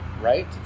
right